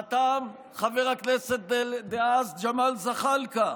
חתם חבר הכנסת דאז ג'מאל זחאלקה,